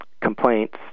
complaints